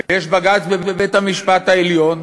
ויש בג"ץ בבית-המשפט העליון